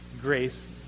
grace